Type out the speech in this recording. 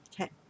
Okay